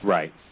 Right